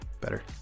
Better